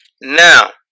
Now